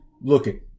looking